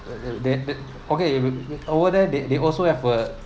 they they okay over there they they also have a